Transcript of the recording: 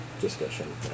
discussion